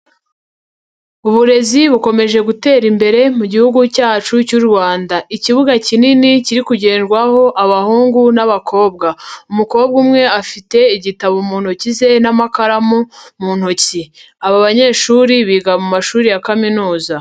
Uburezi bukomeje gutera imbere mu gihugu cyacu cy'u Rwanda, ikibuga kinini kiri kugenrwaho abahungu n'abakobwa, umukobwa umwe afite igitabo mu ntoki ze n'amakaramu mu ntoki, aba banyeshuri biga mu mashuri ya kaminuza.